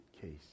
case